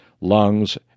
lungs